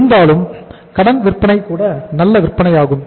இருந்தாலும் கடன் விற்பனை கூட நல்ல விற்பனையாகும்